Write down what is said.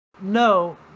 No